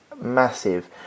massive